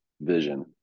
vision